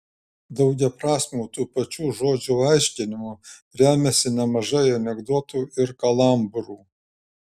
daugiaprasmiu tų pačių žodžių aiškinimu remiasi nemažai anekdotų ir kalambūrų